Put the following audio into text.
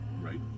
right